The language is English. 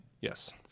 Yes